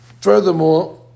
Furthermore